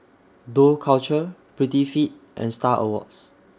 Dough Culture Prettyfit and STAR Awards